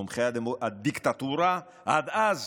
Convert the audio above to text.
תומכי הדיקטטורה, עד אז